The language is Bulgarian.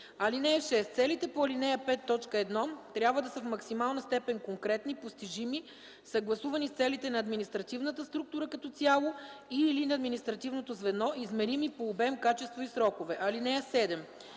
(6) Целите по ал. 5, т. 1 трябва да са в максимална степен конкретни, постижими, съгласувани с целите на административната структура като цяло и/или на административното звено, измерими по обем, качество и срокове. (7)